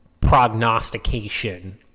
prognostication